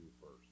first